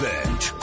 Bench